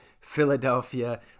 Philadelphia